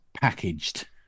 packaged